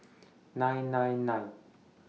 nine nine nine